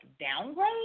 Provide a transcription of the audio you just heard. downgrade